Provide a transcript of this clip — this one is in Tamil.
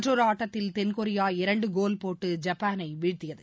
மற்றொரு ஆட்டத்தில் தென்கொரியா இரண்டு கோல் போட்டு ஜப்பானை வீழ்த்தியது